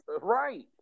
Right